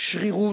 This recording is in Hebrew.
שרירות,